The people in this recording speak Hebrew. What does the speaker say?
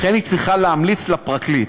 לכן היא צריכה להמליץ לפרקליט.